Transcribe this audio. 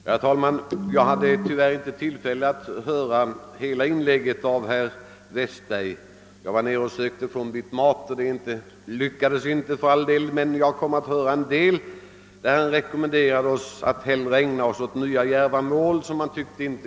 Herr talman! Jag hade tyvärr inte tillfälle att höra herr Westbergs hela inlägg — jag försökte få en bit mat vilket inte lyckades — men jag kom att höra en del av det, där han rekommenderade oss att inrikta oss på nya djärva mål.